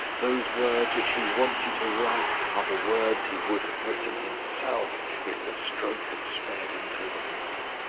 those words which he wants you to write are the words he would have written himself if the stroke had spared him till the morning.